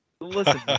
Listen